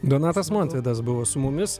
donatas montvydas buvo su mumis